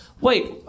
Wait